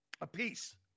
apiece